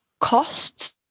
costs